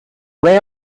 rare